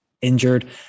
injured